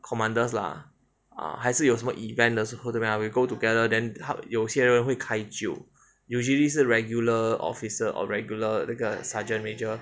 commanders lah ah 还是有什么 event 的时候对吗 we go together then 他有些人会开酒 usually 是 regular officer or regular 那个 sergeant major